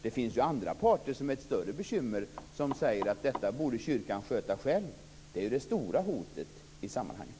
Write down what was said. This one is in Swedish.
Det finns ju andra parter som är ett större bekymmer när de säger att detta borde kyrkan sköta själv. Det är ju det stora hotet i sammanhanget.